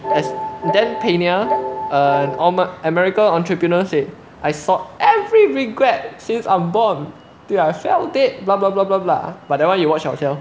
as dan schneider um am~ american entrepreneur said I saw every regret since I'm born till I felt dead blah blah blah blah blah but that one you watch or not kel